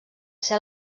ser